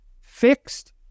fixed